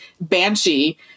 Banshee